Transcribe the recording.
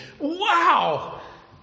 Wow